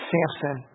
Samson